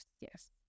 Yes